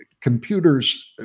computers